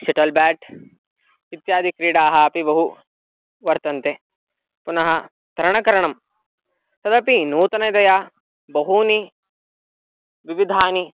shuttle bat इत्यादिक्रीडाः अपि बहु वर्तन्ते पुनः तरणकरणं तदपि नूतनतया बहूनि विविधानि